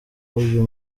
uyu